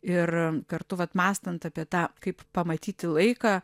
ir kartu vat mąstant apie tą kaip pamatyti laiką